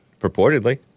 purportedly